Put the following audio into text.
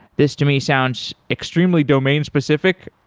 this to me sounds extremely domain specific.